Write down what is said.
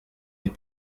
les